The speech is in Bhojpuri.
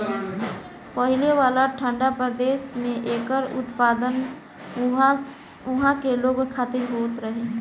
पहिले वाला ठंडा प्रदेश में एकर उत्पादन उहा के लोग खातिर होत रहे